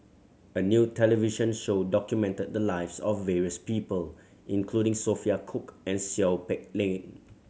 a new television show documented the lives of various people including Sophia Cooke and Seow Peck Leng